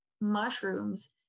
mushrooms